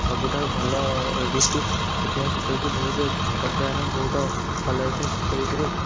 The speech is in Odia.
ସବୁଠାରୁ ଭଲ ଋତୁ ସେଥିପାଇଁ ଶୀତ ଋତୁ ବହୁତ କଟାଇବା ପାଇଁ ବହୁତ ଭଲ ଲାଗିଥାଏ ଶୀତ ଋତୁରେ